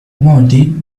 wanted